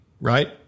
Right